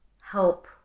help